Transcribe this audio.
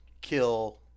kill